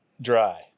dry